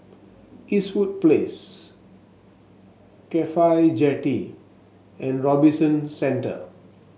Eastwood Place CAFHI Jetty and Robinson Centre